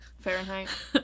Fahrenheit